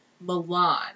Milan